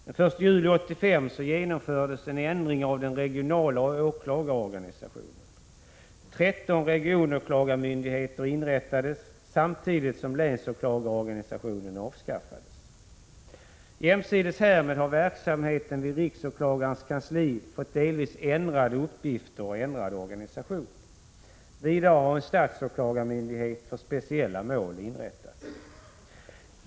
Den 1 juli 1985 genomfördes en ändring av den regionala åklagarorganisationen. 13 regionåklagarmyndigheter inrättades samtidigt som länsåklagarorganisationen avskaffades. Jämsides härmed har verksamheten vid riksåklagarens kansli fått delvis ändrade uppgifter och ändrad organisation. Vidare har en statsåklagarmyndighet för speciella mål inrättats.